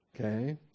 okay